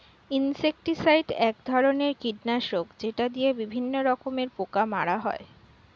insecticide এক ধরনের কীটনাশক যেটা দিয়ে বিভিন্ন রকমের পোকা মারা হয়